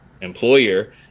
employer